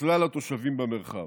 לכלל התושבים במרחב.